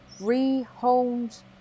rehomed